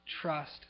trust